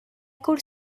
could